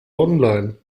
online